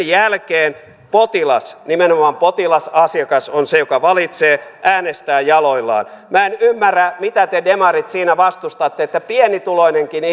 jälkeen potilas nimenomaan potilas asiakas on se joka valitsee äänestää jaloillaan minä en ymmärrä mitä te demarit siinä vastustatte että pienituloinenkin